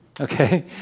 okay